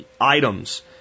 items